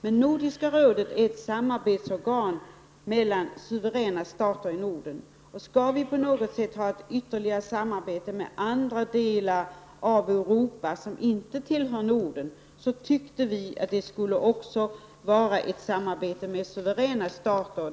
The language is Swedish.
Men Nordiska rådet är ett samarbetsorgan mellan suveräna stater i Norden. Om vi på något sätt skall ha ytterligare samarbete med andra delar av Europa sominte tillhör Norden, tycker vi att det också skall vara ett samarbete med suveräna stater.